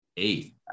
eight